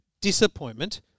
disappointment